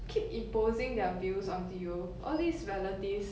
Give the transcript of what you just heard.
keep imposing their views onto you all these relatives